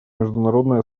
международное